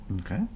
Okay